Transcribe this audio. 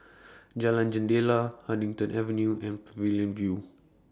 Jalan Jendela Huddington Avenue and Pavilion View